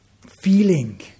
feeling